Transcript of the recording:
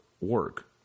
work